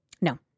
No